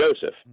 Joseph